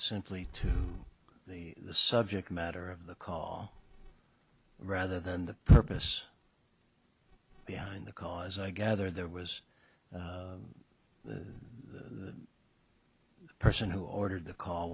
simply to the subject matter of the call rather than the purpose behind the cause i gather there was the person who ordered the call